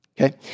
Okay